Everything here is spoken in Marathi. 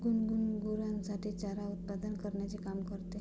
गुनगुन गुरांसाठी चारा उत्पादन करण्याचे काम करते